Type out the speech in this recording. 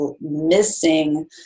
missing